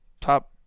top